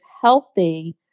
healthy